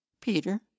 Peter